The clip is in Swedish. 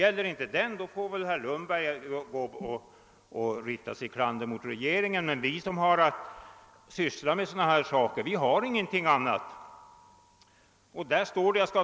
Om inte den gäller får herr Lundberg rikta sitt klander mot regeringen. Vi som sysslar med sådana här saker har ingenting annat att rätta oss efter.